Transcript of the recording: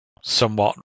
somewhat